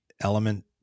element